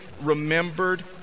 remembered